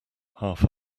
half